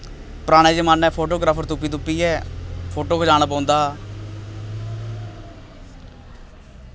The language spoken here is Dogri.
पराने जमानै फोटोग्राफर तुप्पी तुप्पियै फोटो खचाना पौंदा हा